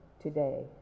today